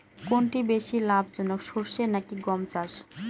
কোনটি বেশি লাভজনক সরষে নাকি গম চাষ?